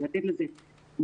ולתת לזה מקום,